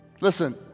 Listen